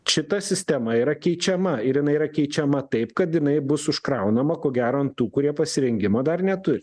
šita sistema yra keičiama ir jinai yra keičiama taip kad jinai bus užkraunama ko gero ant tų kurie pasirengimo dar netur